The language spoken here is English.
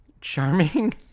charming